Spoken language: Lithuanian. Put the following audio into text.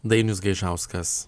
dainius gaižauskas